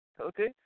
Okay